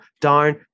darn